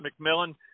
McMillan